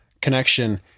connection